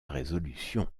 résolution